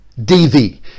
DV